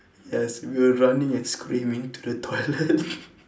yes we were running and screaming to the toilet